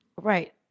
right